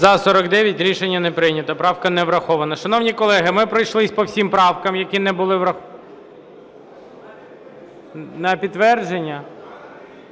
За-49 Рішення не прийнято. Правка не врахована. Шановні колеги, ми пройшлись по всім правкам, які не були... На підтвердження?